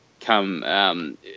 come